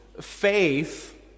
faith